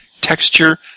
texture